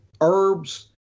herbs